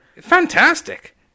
Fantastic